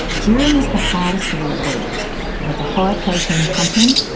durum is the hardest of all wheats, it has a high protein content,